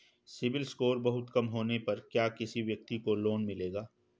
CIBIL score बहुत कम होने पर क्या किसी व्यक्ति को लोंन मिलेगा?